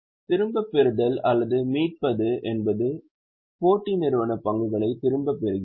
திரும்பப் பெறுதல் அல்லது மீட்பது என்பது போட்டி நிறுவன பங்குகளை திரும்பப் பெறுகிறது